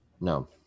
no